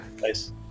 Nice